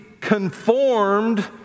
conformed